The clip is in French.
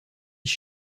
ça